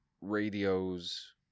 radios